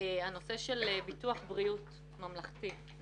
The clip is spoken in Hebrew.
הנושא של ביטוח בריאות ממלכתי.